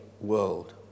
world